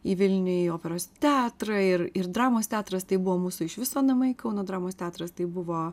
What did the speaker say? į vilnių į operos teatrą ir ir dramos teatras tai buvo mūsų iš viso namai kauno dramos teatras tai buvo